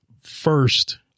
first